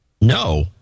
no